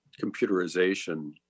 computerization